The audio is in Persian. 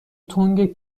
تنگ